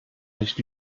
nicht